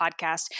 podcast